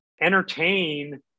entertain